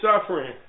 suffering